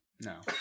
No